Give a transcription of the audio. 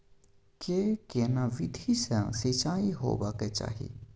के केना विधी सॅ सिंचाई होबाक चाही?